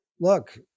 look